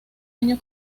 año